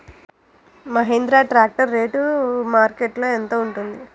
Mahindra tractor rate మార్కెట్లో యెంత ఉంటుంది?